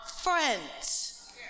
friends